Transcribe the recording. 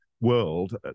world